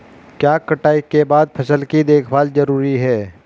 क्या कटाई के बाद फसल की देखभाल जरूरी है?